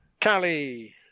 Callie